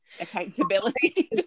accountability